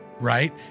right